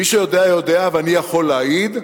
מי שיודע יודע, ואני יכול להעיד,